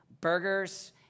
burgers